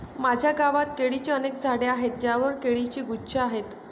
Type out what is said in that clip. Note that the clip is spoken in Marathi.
माझ्या गावात केळीची अनेक झाडे आहेत ज्यांवर केळीचे गुच्छ आहेत